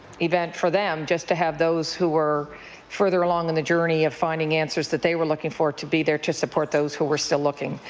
event for them just to have those who were further along in the journey of finding answers they were looking for to be there to support those who were still looking.